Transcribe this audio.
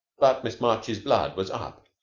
but miss march's blood was up,